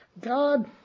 God